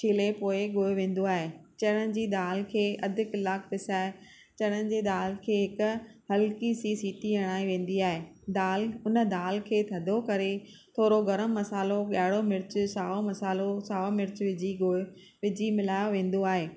छीले पोइ ॻोहियो वेंदो आहे चणनि जी दाल खे अधु कलाकु पिसाए चणनि जी दाल खे हिक हल्की सी सीटी हणाइ वेंदी आहे दाल उन दाल खे थधो करे थोरो गरम मसालो ॻाढ़ो मिर्चु साओ मसालो साओ मिर्चु विझी ॻोहे विझी मिलायो वेंदो आहे